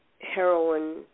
heroin